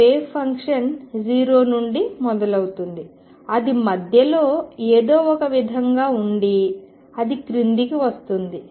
wave function 0 నుండి మొదలవుతుంది అది మధ్యలో ఎదో ఒక విధంగా ఉండి అది క్రిందికి వస్తుంది